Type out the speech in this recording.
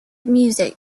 music